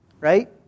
Right